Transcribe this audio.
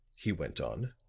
he went on.